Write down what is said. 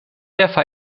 ĉefa